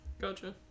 Gotcha